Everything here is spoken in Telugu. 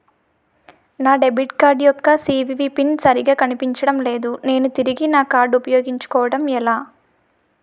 నా డెబిట్ కార్డ్ యెక్క సీ.వి.వి పిన్ సరిగా కనిపించడం లేదు నేను తిరిగి నా కార్డ్ఉ పయోగించుకోవడం ఎలా?